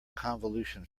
convolution